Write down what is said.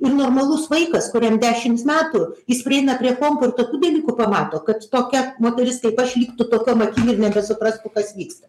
ir normalus vaikas kuriam dešims metų jis prieina prie kompo ir tokių dalykų pamato kad tokia moteris kaip aš liktų tokiom akim ir nebesuprastų kas vyksta